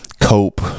cope